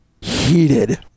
heated